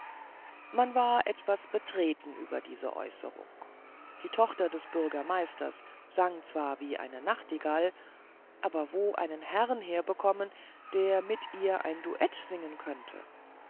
man war etwas betreten über diese äußerung die tochter des bürgermeisters sang zwar wie eine nachtigall aber wo einen herrn herbekommen der mit ihr ein duett singen könnte